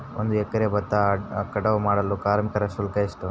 ಒಂದು ಎಕರೆ ಭತ್ತ ಕಟಾವ್ ಮಾಡಲು ಕಾರ್ಮಿಕ ಶುಲ್ಕ ಎಷ್ಟು?